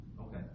Okay